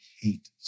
hate